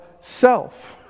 self